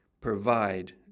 Provide